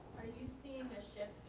you seeing a shift